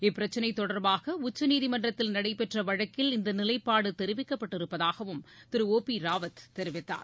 இப்பிரச்னைதொடர்பாகஉச்சநீதிமன்றத்தில் நடைபெற்றவழக்கில் இந்தநிலைப்பாடுதெரிவிக்கப்பட்டிருப்பதாகவும் திரு ஒ பிராவத் தெரிவித்தார்